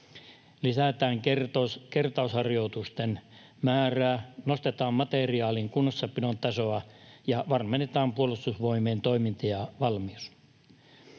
lisätään kertausharjoitusten määrää, nostetaan materiaalin kunnossapidon tasoa ja varmennetaan Puolustusvoimien toiminta ja valmius.